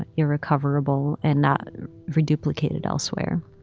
ah irrecoverable and not reduplicated elsewhere.